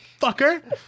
fucker